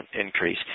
increase